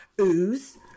Ooze